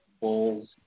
Bulls